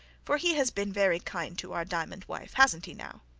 for he has been very kind to our diamond, wife. hasn't he now?